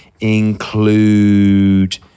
include